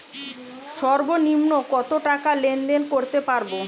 সর্বনিম্ন কত টাকা লেনদেন করতে পারবো?